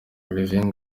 olivier